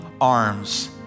arms